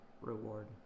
reward